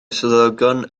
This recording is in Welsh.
swyddogion